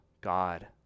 God